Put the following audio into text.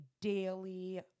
daily